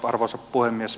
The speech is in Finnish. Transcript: arvoisa puhemies